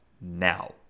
now